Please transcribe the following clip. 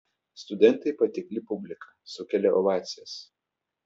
studentai patikli publika sukelia ovacijas